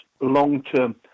long-term